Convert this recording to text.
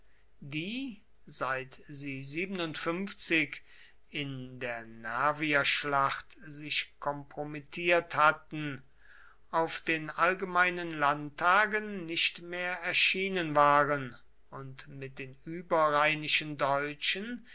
die seit sie in der nervierschlacht sich kompromittiert hatten auf den allgemeinen landtagen nicht mehr erschienen waren und mit den überrheinischen deutschen